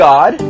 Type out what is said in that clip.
God